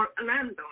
Orlando